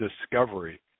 discovery